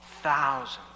Thousands